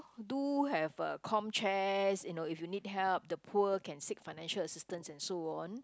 do have <(uh) Com-Chest you know if you need help the poor can seek financial assistance and so on